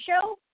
show